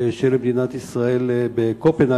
של מדינת ישראל בקופנהגן.